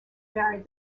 married